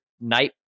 night